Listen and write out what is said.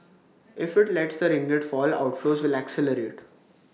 if IT lets the ringgit fall outflows will accelerate